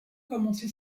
commencé